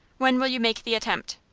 when will you make the attempt?